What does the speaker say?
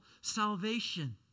salvation